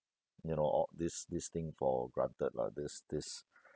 you know o~ this this thing for granted lah this this